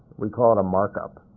we call it a markup.